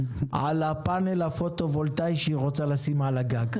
על הפאנל הפוטו-וולטאי שהיא רוצה לשים על הגג.